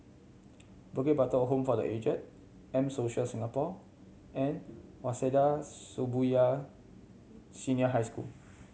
Bukit Batok Home for The Aged M Social Singapore and Waseda Shibuya Senior High School